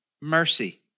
mercy